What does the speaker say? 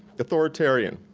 authoritarian,